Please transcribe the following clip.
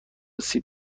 سیب